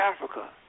Africa